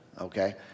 Okay